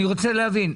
אני רוצה להבין,